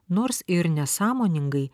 nors ir nesąmoningai